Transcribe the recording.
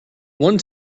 one